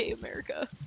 America